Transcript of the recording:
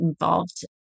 involved